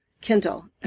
Kindle